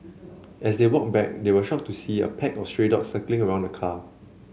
as they walked back they were shocked to see a pack of stray dogs circling around the car